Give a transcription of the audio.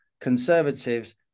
conservatives